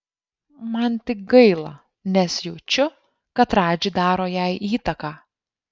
man tik gaila nes jaučiu kad radži daro jai įtaką